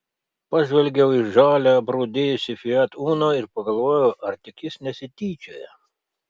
pažvelgiau į žalią aprūdijusį fiat uno ir pagalvojau ar tik jis nesityčioja